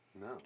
No